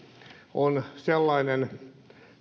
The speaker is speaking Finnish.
on sellainen